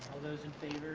those in favor